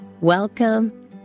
Welcome